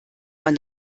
man